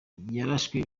yarashwe